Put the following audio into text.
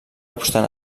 obstant